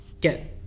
get